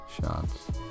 shots